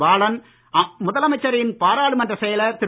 பாலன் முதலமைச்சரின் பாராளுமன்றச் செயலர் திரு